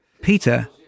Peter